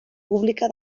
pública